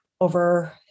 over